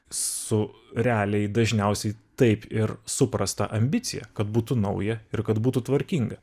su realiai dažniausiai taip ir suprasta ambicija kad būtų nauja ir kad būtų tvarkinga